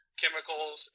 chemicals